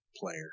Player